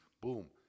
boom